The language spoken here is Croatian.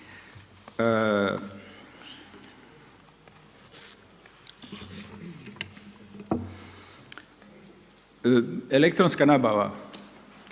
Elektronska nabava.